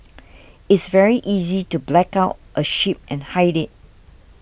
it's very easy to black out a ship and hide it